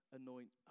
anoint